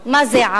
מה זה עם,